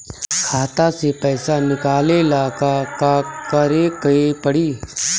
खाता से पैसा निकाले ला का का करे के पड़ी?